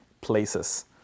places